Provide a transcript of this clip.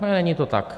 Není to tak.